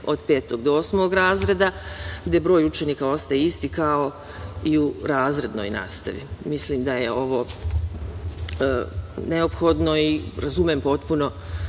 do osmog razreda, gde broj učenika ostaje isti kao i u razrednoj nastavi. Mislim da je ovo neophodno i razumem potpuno